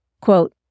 Quote